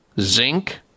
zinc